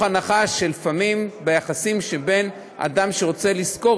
הנחה שלפעמים ביחסים שבין אדם שרוצה לשכור,